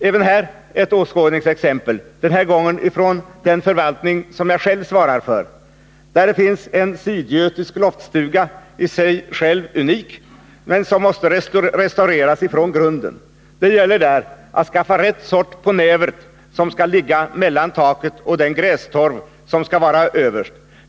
Även här ett åskådningsexempel, den här gången från den förvaltning som jag själv svarar för: Det finns där en sydgötisk loftstuga. Den är i sig själv unik, men den måste restaureras från grunden. Det gäller där att skaffa fram rätt sorts näver som skall ligga mellan taket och den grästorv som skall vara överst.